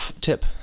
tip